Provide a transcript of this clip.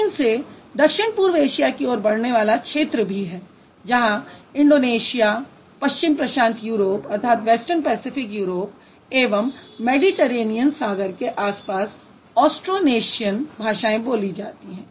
चीन से दक्षिण पूर्व एशिया की ओर बढ़ने वाला क्षेत्र भी है जहां इंडोनेशिया पश्चिम प्रशांत यूरोप एवं मैडीटरेनियन सागर के आसपास ऑस्ट्रोनेशियन भाषाएँ बोली जातीं हैं